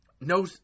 No